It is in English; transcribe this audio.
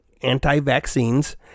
anti-vaccines